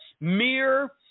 mere